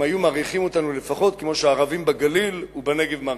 הם היו מעריכים אותנו לפחות כמו שהערבים בגליל ובנגב מעריכים.